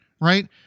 right